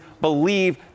believe